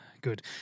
Good